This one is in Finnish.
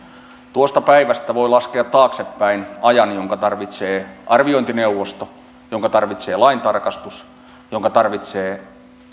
tuosta päivästä voi laskea taaksepäin ajan jonka tarvitsee arviointineuvosto jonka tarvitsee laintarkastus jonka tarvitsee